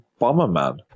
Bomberman